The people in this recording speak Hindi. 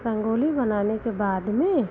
रंगोली बनाने के बाद में